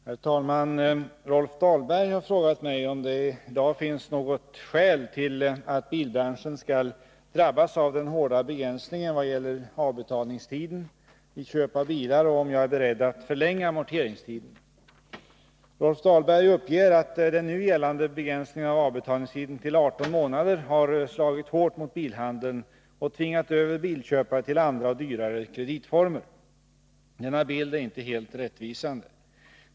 Herr talman! Rolf Dahlberg har frågat mig om det i dag finns något skäl till att bilbranschen skall drabbas av den hårda begränsningen vad gäller avbetalningstiden vid köp av bilar och om jag är beredd att förlänga amorteringstiden. Rolf Dahlberg uppger att den nu gällande begränsningen av avbetalningstiden till 18 månader har slagit hårt mot bilhandeln och tvingat över bilköpare till andra och dyrare kreditformer. Denna bild är inte helt rättvisande.